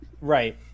right